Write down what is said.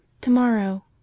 Tomorrow